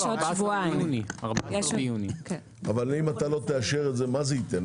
14.6. אם לא תאשר, מה זה ייתן?